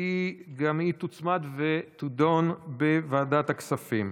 והיא עוברת לדיון בוועדת הכספים.